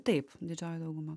taip didžioji dauguma